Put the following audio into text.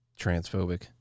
Transphobic